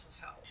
health